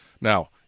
Now